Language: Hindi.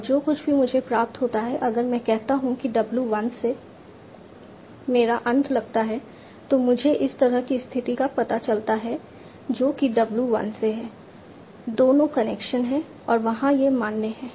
और जो कुछ भी मुझे प्राप्त होता है अगर मैं कहता हूं कि w1 से मेरा अंत लगता है तो मुझे इस तरह की स्थिति का पता चलता है जो कि w 1 से है दोनों कनेक्शन हैं वहां यह मान्य है